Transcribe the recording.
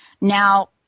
Now